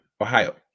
Ohio